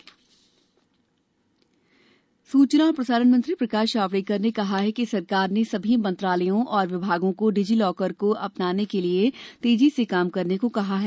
digi locker सूचना और प्रसारण मंत्री प्रकाश जावड़ेकर ने कहा है कि सरकार ने सभी मंत्रालयों और विमागों को डिजी लॉकर को अपनाने के लिए तेजी से काम करने को कहा है